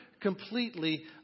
completely